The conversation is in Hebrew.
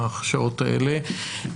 השעות האלה,